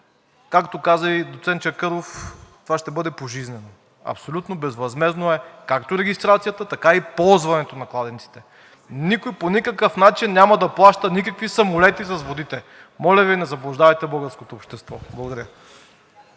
както каза и доцент Чакъров, това ще бъде пожизнено. Абсолютно безвъзмездно е както регистрацията, така и ползването на кладенците. Никой по никакъв начин няма да плаща никакви самолети с водите. Моля Ви, не заблуждавайте българското общество. Благодаря.